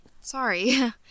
sorry